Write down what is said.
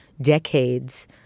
decades